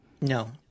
no